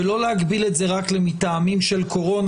ולא להגביל את זה רק לטעמים של קורונה,